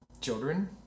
Children